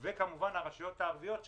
וכמובן הרשויות הערביות,